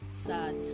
sad